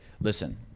listen